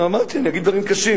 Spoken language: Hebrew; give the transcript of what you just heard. אמרתי, אני אגיד דברים קשים.